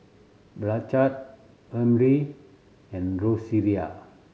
Blanchard Emry and Rosaria